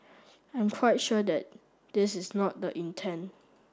I'm quite sure that this is not the intent